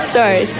Sorry